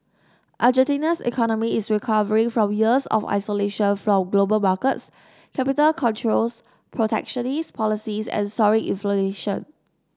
Argentina's economy is recovering from years of isolation from global markets capital controls protectionist policies and soaring inflation